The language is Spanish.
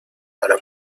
para